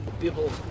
People